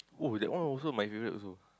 oh that one also my favorite also